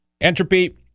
Entropy